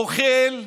אוכל,